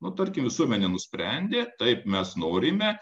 na tarkim visuomenė nusprendė taip mes norime